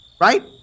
right